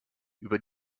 über